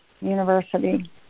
University